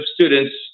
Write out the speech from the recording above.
students